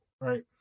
right